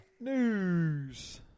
News